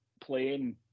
playing